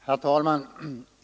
Herr talman!